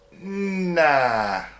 nah